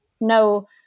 no